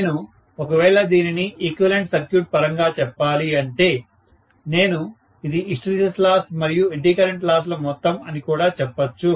నేను ఒకవేళ దీనిని ఈక్వివలెంట్ సర్క్యూట్ పరంగా చెప్పాలి అంటే నేను ఇది హిస్టరీస్ లాస్ మరియు ఎడ్డీ కరెంట్ లాస్ ల మొత్తం అని కూడా చెప్పొచ్చు